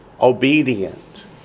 Obedient